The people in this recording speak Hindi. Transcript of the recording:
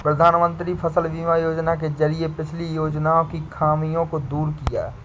प्रधानमंत्री फसल बीमा योजना के जरिये पिछली योजनाओं की खामियों को दूर किया